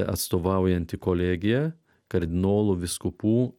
atstovaujanti kolegija kardinolų vyskupų